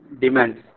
demands